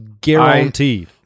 guaranteed